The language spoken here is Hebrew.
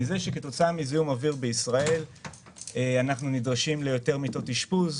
מכך שכתוצאה מזיהום אוויר בישראל אנחנו נדרשים ליותר מיטות אשפוז,